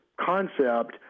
concept